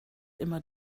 immer